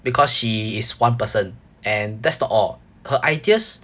because she is one person and that's not all her ideas